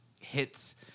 hits